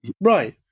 Right